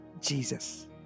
Jesus